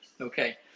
Okay